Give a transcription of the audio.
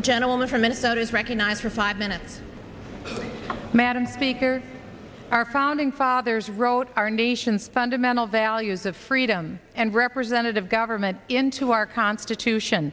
the gentleman from minnesota is recognized for five minutes madam speaker our founding fathers wrote our nation's fundamental values of freedom and representative government into our constitution